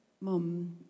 mom